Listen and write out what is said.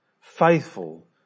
faithful